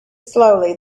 slowly